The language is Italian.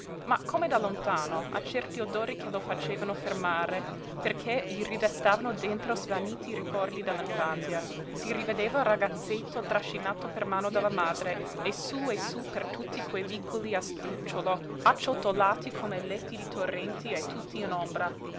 ma come da lontano a certi odori che lo facevano fermare perché gli ridestavano dentro svaniti ricordi dell'infanzia si rivedeva ragazzetto trascinato per mano dalla madre e sú e sú per tutti quei vicoli a sdrucciolo acciottolati come letti di torrenti e tutti in ombra